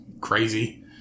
Crazy